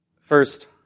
First